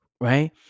Right